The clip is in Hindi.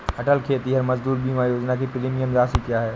अटल खेतिहर मजदूर बीमा योजना की प्रीमियम राशि क्या है?